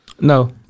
No